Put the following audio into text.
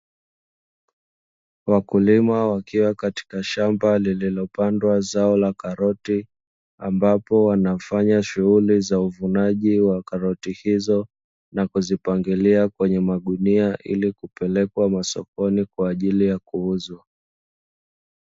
Wakulima wakiwa katika shamba lililo pandwa zao la karoti, ambapo wanafanya shughuri za uvunaji wa karoti hizo, na kuzipangilia kwenye magunia hili kupelekwa masokoni kwa ajili ya kuuzwa.